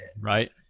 Right